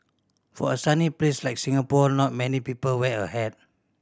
for a sunny place like Singapore not many people wear a hat